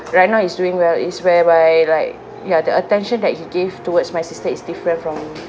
right now he's doing well is whereby like ya the attention that he gave towards my sister is different from